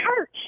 church—